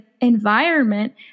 environment